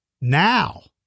Now